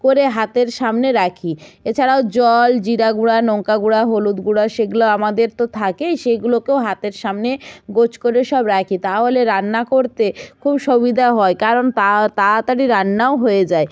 করে হাতের সামনে রাখি এছাড়াও জল জিরা গুঁড়া লঙ্কা গুঁড়া হলুদ গুঁড়া সেগুলা আমাদের তো থাকেই সেইগুলোকেও হাতের সামনে গোছ করে সব রাখি তাহলে রান্না করতে খুব সুবিধা হয় কারণ তাড়াতাড়ি রান্নাও হয়ে যায়